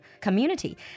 community